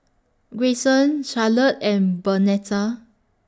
Grayson Charlotte and Bernetta